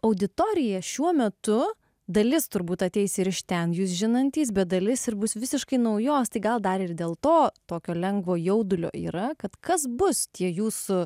auditorija šiuo metu dalis turbūt ateis ir iš ten jus žinantys bet dalis ir bus visiškai naujos tai gal dar ir dėl to tokio lengvo jaudulio yra kad kas bus tie jūsų